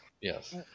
Yes